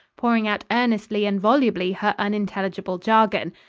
pouring out earnestly and volubly her unintelligible jargon.